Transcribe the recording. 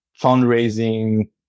fundraising